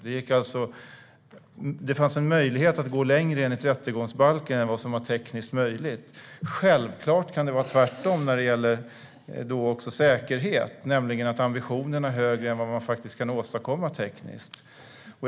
Det fanns alltså en möjlighet att gå längre enligt rättegångsbalken än vad som var tekniskt möjligt. Självklart kan det vara tvärtom när det gäller säkerhet, nämligen att ambitionerna är högre än vad man tekniskt faktiskt kan åstadkomma.